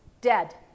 dead